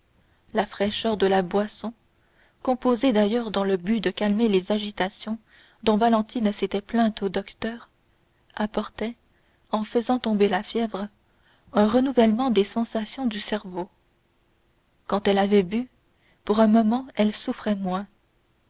la fraîcheur de la boisson composée d'ailleurs dans le but de calmer les agitations dont valentine s'était plainte au docteur apportait en faisant tomber la fièvre un renouvellement des sensations du cerveau quand elle avait bu pour un moment elle souffrait moins